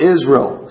Israel